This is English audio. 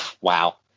Wow